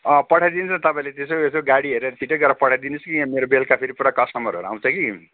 अँ पठाइदिनुहोस् न तपाईँले त्यसो यसो गाडी हेरेर छिट्टै गरेर पठाइदिनुहोस् कि यहाँ मेरो बेलुका फेरि पुरा कस्टमरहरू आउँछ कि